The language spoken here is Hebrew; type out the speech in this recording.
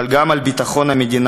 אבל גם על ביטחון המדינה,